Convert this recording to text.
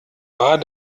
war